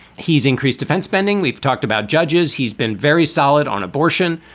he's increased defense spending. we've talked about judges. he's been very solid on abortion.